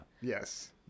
Yes